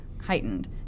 heightened